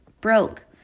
broke